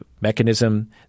mechanism